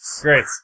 Great